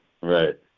Right